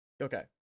Okay